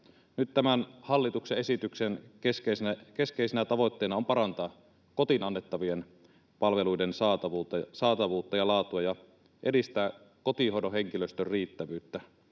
Nyt tämän hallituksen esityksen keskeisenä tavoitteena on parantaa kotiin annettavien palveluiden saatavuutta ja laatua ja edistää kotihoidon henkilöstön riittävyyttä.